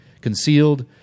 concealed